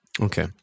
Okay